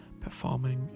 performing